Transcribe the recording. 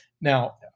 Now